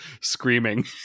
screaming